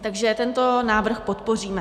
Takže tento návrh podpoříme.